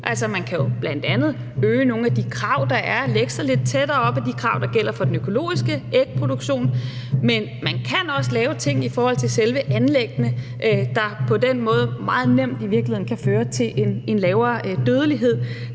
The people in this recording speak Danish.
Man kan jo bl.a. øge nogle af de krav, der er, og lægge sig lidt tættere op ad de krav, der gælder for den økologiske produktion, men man kan også lave ting i forhold til selve anlæggene, der på den måde i virkeligheden meget nemt kan føre til en lavere dødelighed,